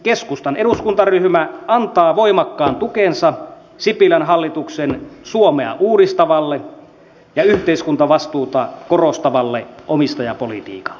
keskustan eduskuntaryhmä antaa voimakkaan tukensa sipilän hallituksen suomea uudistavalle ja yhteiskuntavastuuta korostavalle omistajapolitiikalle